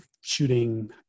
shooting